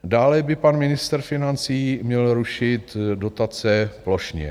Dále by pan ministr financí měl rušit dotace plošně.